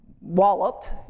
walloped